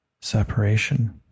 separation